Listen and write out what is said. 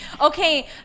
Okay